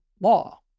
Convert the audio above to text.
law